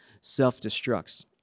self-destructs